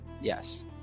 yes